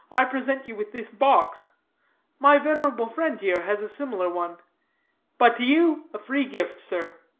i present you with this box my venerable friend here has a similar one but to you, a free gift, sir.